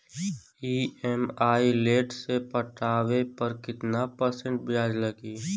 EMI late से पटावे पर कितना परसेंट ब्याज लगी?